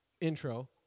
intro